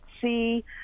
see